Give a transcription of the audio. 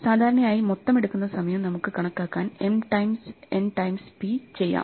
സാധാരണയായി മൊത്തം എടുക്കുന്ന സമയം നമുക്കു കണക്കാക്കാൻ m times n times p ചെയ്യാം